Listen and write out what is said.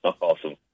Awesome